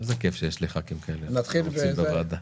איזה כיף שיש לי ח"כים כאלה חרוצים בוועדה.